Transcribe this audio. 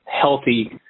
healthy